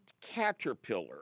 caterpillar